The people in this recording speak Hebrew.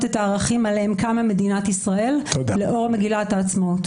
את הערכים עליהם קמה מדינת ישראל לאור מגילת העצמאות.